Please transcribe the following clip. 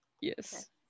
Yes